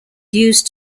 used